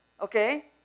okay